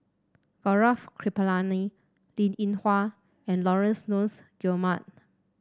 Gaurav Kripalani Linn In Hua and Laurence Nunns Guillemard